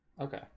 Okay